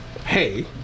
hey